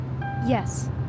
Yes